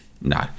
No